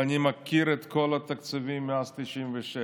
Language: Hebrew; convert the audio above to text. ואני מכיר את כל התקציבים מאז 1996,